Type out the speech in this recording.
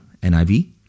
NIV